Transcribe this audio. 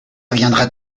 reviendra